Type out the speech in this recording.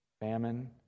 famine